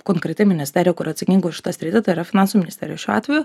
konkreti ministerija kuri atsakinga už šitą sritį tai yra finansų ministerija šiuo atveju